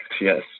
Yes